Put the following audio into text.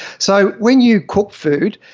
so, when you cook food,